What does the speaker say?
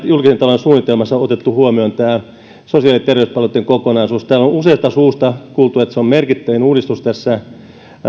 julkisen talouden suunnitelmassa on otettu huomioon tämä sosiaali ja terveyspalveluitten kokonaisuus täällä on useasta suusta kuultu että se on merkittävin uudistus tässä